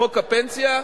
חוק הפנסיה,